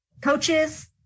coaches